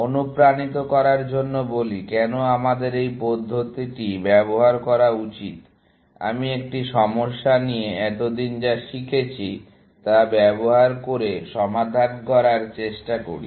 অনুপ্রাণিত করার জন্য বলি কেন আমাদের এই পদ্ধতিটি ব্যবহার করা উচিত আমি একটি সমস্যা নিয়ে এতদিন যা শিখেছি তা ব্যবহার করে সমাধান করার চেষ্টা করি